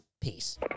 Peace